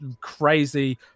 crazy